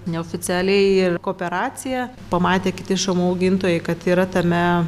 neoficialiai ir kooperaciją pamatė kiti šamų augintojai kad yra tame